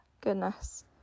goodness